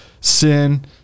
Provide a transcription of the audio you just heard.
sin